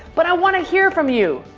but i wanna hear from you.